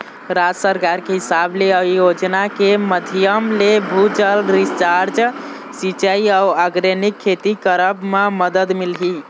राज सरकार के हिसाब ले अउ योजना के माधियम ले, भू जल रिचार्ज, सिंचाई अउ आर्गेनिक खेती करब म मदद मिलही